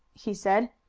he said.